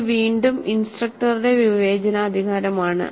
ഇത് വീണ്ടും ഇൻസ്ട്രക്ടറുടെ വിവേചനാധികാരമാണ്